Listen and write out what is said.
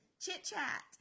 chit-chat